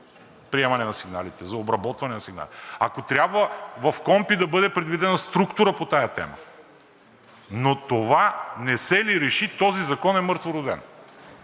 приемане на сигналите, за обработване на сигналите, ако трябва, в КПКОНПИ да бъде предвидена структура по тази тема, но това не се ли реши, този закон е мъртвороден.